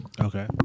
Okay